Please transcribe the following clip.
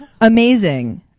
Amazing